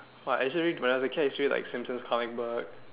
!wah! actually when I was a kid I used to read Simpsons comic book